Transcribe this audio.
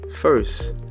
First